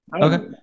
Okay